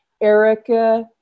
Erica